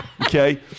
okay